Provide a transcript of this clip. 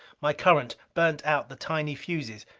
my current burned out the tiny fuses.